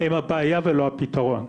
הם הבעיה ולא הפתרון,